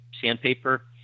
sandpaper